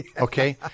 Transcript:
okay